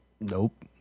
nope